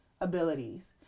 abilities